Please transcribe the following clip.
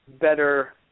better